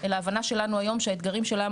אלא ההבנה שלנו היום שהאתגרים של העם